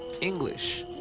English